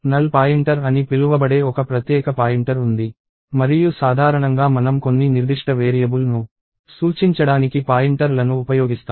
null pointer అని పిలువబడే ఒక ప్రత్యేక పాయింటర్ ఉంది మరియు సాధారణంగా మనం కొన్ని నిర్దిష్ట వేరియబుల్ను సూచించడానికి పాయింటర్లను ఉపయోగిస్తాము